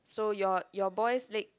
so your your boys leg